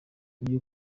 uyu